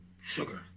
Sugar